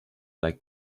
like